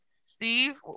Steve